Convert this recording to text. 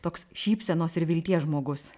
toks šypsenos ir vilties žmogus